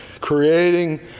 creating